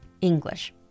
English